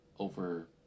over